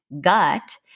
gut